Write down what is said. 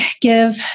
give